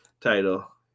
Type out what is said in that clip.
title